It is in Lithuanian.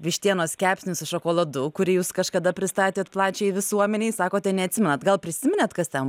vištienos kepsnį su šokoladu kurį jūs kažkada pristatėt plačiajai visuomenei sakote neatsimenat gal prisiminėt kas ten